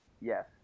Yes